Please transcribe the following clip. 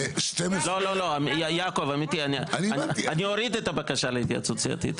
לא לא יעקב אמיתי אני אוריד את הבקשה להתייעצות סיעתית,